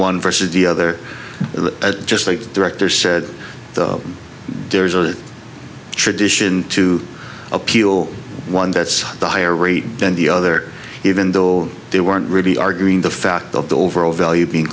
one versus the other just like the director said there's a tradition to appeal one that's the higher rate than the other even though they weren't really arguing the fact of the overall value being